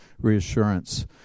reassurance